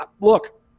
look